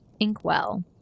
inkwell